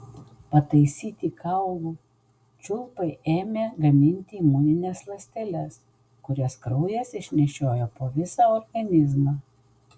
pataisyti kaulų čiulpai ėmė gaminti imunines ląsteles kurias kraujas išnešiojo po visą organizmą